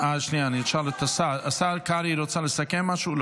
השר קרעי, רוצה לסכם משהו?